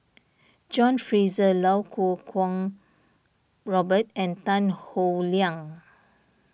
John Fraser Iau Kuo Kwong Robert and Tan Howe Liang